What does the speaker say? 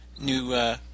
new